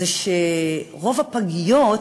היא שרוב הפגיות,